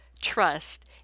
trust